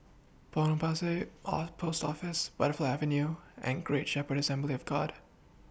Potong Pasir Post Office Butterfly Avenue and Great Shepherd Assembly of God